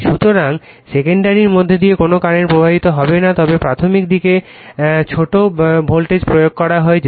সুতরাং সেকেন্ডারি মধ্য দিয়ে কোনো কারেন্ট প্রবাহিত হয় না তবে প্রাথমিক দিকে ছোট ভোল্টেজ প্রয়োগ করা হয়েছে